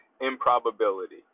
improbability